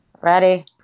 Ready